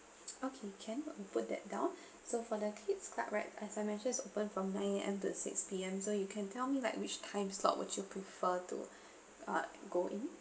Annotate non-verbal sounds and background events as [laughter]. okay can I'll put that down [breath] so for the kid's club right as I mentioned it's open from nine A_M to six P_M so you can tell me like which time slot would you prefer to uh go in